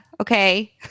okay